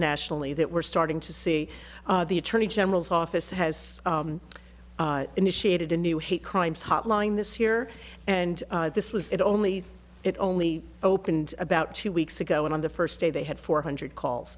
nationally that we're starting to see the attorney general's office has initiated a new hate crimes hotline this year and this was it only it only opened about two weeks ago and on the first day they had four hundred calls